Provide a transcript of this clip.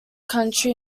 country